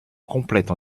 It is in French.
complète